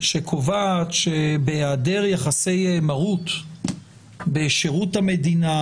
שקובעת שבהעדר יחסי מרות בשירות המדינה,